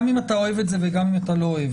גם אם אתה אוהב את זה וגם אם אתה לא אוהב